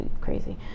crazy